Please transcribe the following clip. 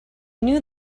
knew